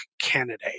candidate